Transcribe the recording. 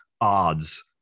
odds